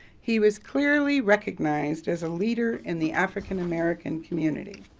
he was clearly recognized as a leader in the african american community.